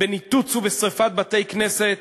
בניתוץ ובשרפת בתי-כנסת,